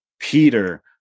Peter